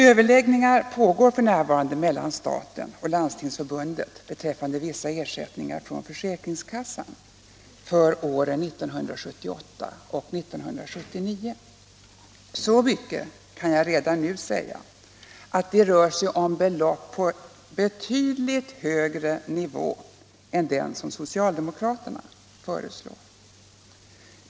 Överläggningar pågår f. n. mellan staten och Landstingsförbundet beträffande vissa ersättningar från försäkringskassan för åren 1978 och 1979. Så mycket kan jag redan nu säga att det rör sig om belopp på betydligt högre nivå än den som socialdemokraterna föreslår.